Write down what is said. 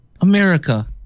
America